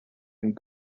and